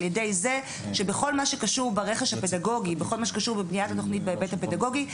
על ידי זה שבכל מה שקשור ברכש ובבניית התוכנית בהיבט הפדגוגי,